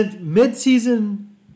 mid-season